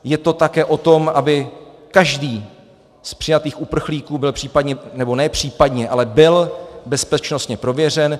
Je to také o tom, aby každý z přijatých uprchlíků byl případně, nebo ne případně, ale byl bezpečnostně prověřen.